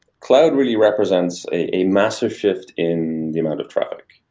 cloud really represents a massive shift in the amount of traffic